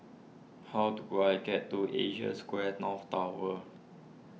how do I get to Asia Square North Tower